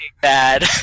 bad